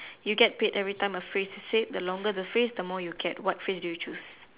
you get paid everytime a phrase is said the longer the phrase the more you get what phrase do you choose